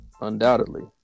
undoubtedly